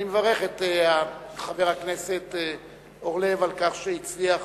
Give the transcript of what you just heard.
אני מברך את חבר הכנסת אורלב על כך שהצליח,